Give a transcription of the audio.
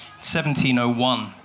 1701